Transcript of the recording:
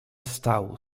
stał